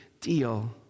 deal